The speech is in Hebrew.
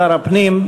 שר הפנים.